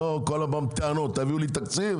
לא כל פעם טענות: תביאו לי תקציב,